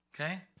Okay